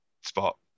spot